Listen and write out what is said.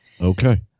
Okay